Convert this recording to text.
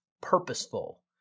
purposeful